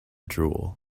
drool